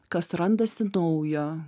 kas randasi naujo